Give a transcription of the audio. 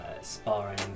sparring